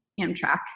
Amtrak